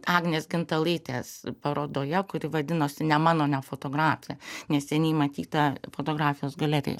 agnės gintalaitės parodoje kuri vadinosi nemano nefotografė neseniai matyta fotografijos galerijoje